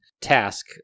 task